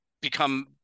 become